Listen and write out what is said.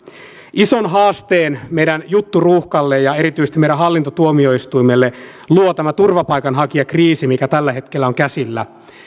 ison haasteen meidän jutturuuhkalle ja erityisesti meidän hallintotuomioistuimelle luo tämä turvapaikanhakijakriisi mikä tällä hetkellä on käsillä